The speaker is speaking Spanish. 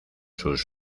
sus